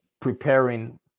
preparing